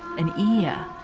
an ear,